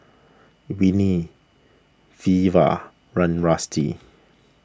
Whitney Veva Run Rusty